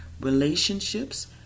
relationships